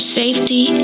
safety